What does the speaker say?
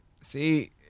see